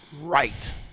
right